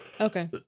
okay